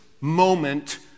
moment